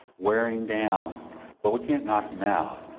wear him down but we can't knock him out.